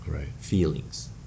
feelings